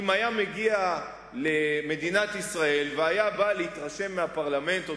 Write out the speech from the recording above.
אם היה מגיע למדינת ישראל והיה בא להתרשם מהפרלמנט או